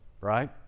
right